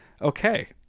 Okay